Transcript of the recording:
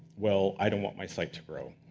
well, i don't want my site to grow.